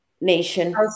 nation